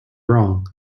wrong